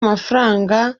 amafaranga